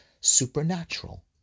supernatural